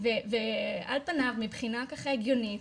ועל פניו מבחינה הגיונית,